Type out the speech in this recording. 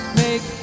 make